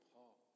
Paul